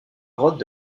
grottes